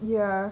ya